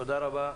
תודה רבה.